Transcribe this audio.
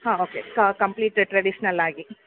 ಹಾಂ okay complete traditional ಆಗಿ